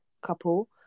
couple